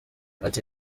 ati